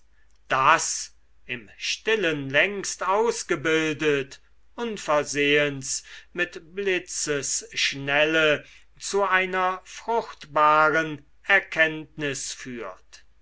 das im stillen längst ausgebildet unversehens mit blitzesschnelle zu einer fruchtbaren erkenntnis führt